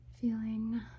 feeling